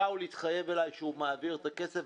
שאול התחייב בפניי שהוא מעביר את הכסף,